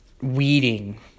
weeding